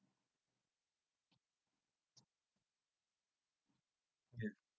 ya